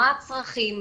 מה הצרכים,